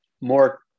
more